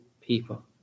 people